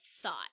thought